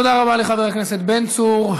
תודה רבה לחבר הכנסת בן צור.